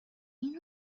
این